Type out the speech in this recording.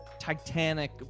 titanic